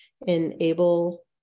enable